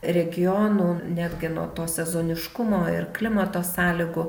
regionų netgi nuo to sezoniškumo ir klimato sąlygų